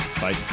bye